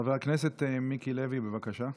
חבר הכנסת מיקי לוי, בבקשה.